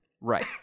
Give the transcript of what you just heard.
Right